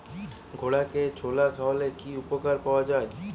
ঘোড়াকে ছোলা খাওয়ালে কি উপকার পাওয়া যায়?